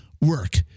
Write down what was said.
work